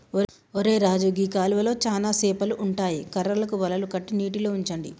ఒరై రాజు గీ కాలువలో చానా సేపలు ఉంటాయి కర్రలకు వలలు కట్టి నీటిలో ఉంచండి